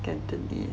cantonese